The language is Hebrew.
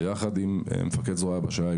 ביחד עם מפקד זרוע היבשה,